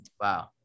Wow